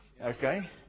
Okay